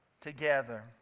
together